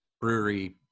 brewery